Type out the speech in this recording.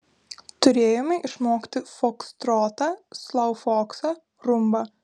turėjome išmokti fokstrotą sloufoksą rumbą